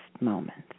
moments